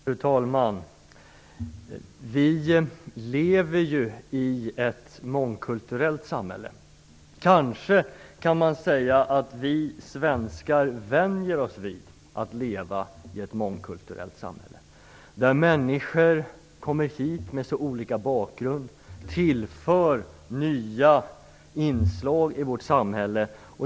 Fru talman! Vi lever i ett mångkulturellt samhälle. Kanske kan man säga att vi svenskar vänjer oss vid att leva i ett mångkulturellt samhälle. Människor med olika bakgrund kommer hit och tillför nya inslag i vårt samhälle.